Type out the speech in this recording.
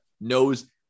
knows